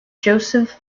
joseph